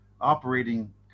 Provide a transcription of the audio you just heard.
operating